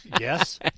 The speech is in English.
Yes